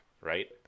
right